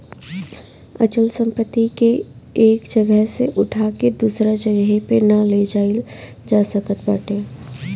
अचल संपत्ति के एक जगह से उठा के दूसरा जगही पे ना ले जाईल जा सकत बाटे